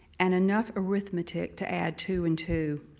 and enough arithmetic to add two and two.